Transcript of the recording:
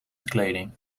kleding